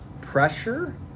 pressure